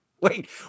wait